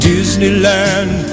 Disneyland